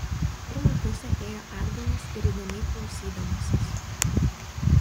pirmą pusę ėjo atbulas ir įdėmiai klausydamasis